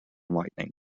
lightning